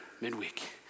midweek